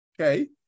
okay